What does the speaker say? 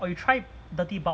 oh you tried thirty pounds